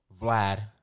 Vlad